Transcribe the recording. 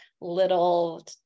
little